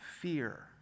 fear